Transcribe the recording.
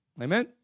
Amen